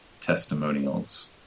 testimonials